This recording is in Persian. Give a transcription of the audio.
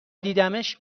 دیدمش